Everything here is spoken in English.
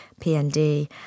PND